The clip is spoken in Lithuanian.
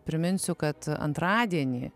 priminsiu kad antradienį